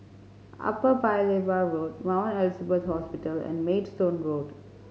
Upper Paya Lebar Road Mount Elizabeth Hospital and Maidstone Road